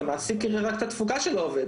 אז המעסיק יראה רק את התפוקה של העובד,